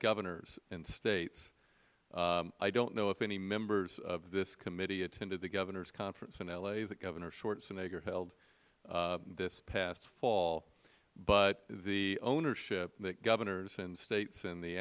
governors and states i don't know if any members of this committee attended the governors conference in l a that governor schwarzenegger held this past fall but the ownership that governors in states in the